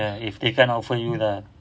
ya if they can't offer you lah